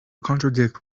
contradict